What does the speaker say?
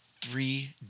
three